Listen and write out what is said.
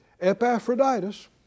Epaphroditus